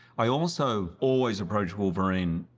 i also always approach wolverine